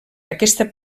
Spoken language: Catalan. aquesta